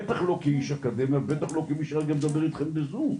בטח לא כאיש אקדמיה ובטח לא כמי שאוהב לדבר אתכם בזום,